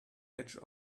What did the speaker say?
edge